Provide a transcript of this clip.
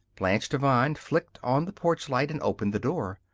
blanche devine flicked on the porch light and opened the door.